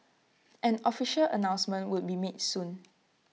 an official announcement would be made soon